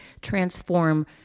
transform